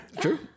True